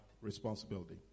responsibility